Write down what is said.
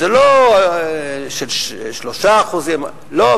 ולא של 3%. לא,